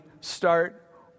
start